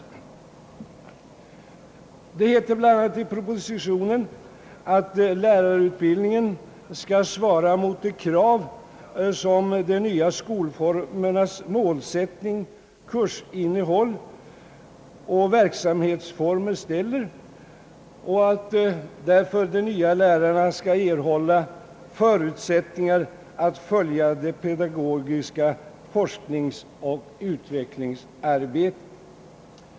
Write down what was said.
Det heter bl.a. i propositionen att »lärarutbildningen skall svara mot de krav som de nya skolformernas målsättning, kursinnehåll och verksamhetsformer ställer», och att därför de nya lärarna skall erhålla »förutsättningar att följa det pedagogiska forskningsoch utvecklingsarbetet».